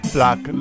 Black